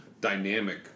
dynamic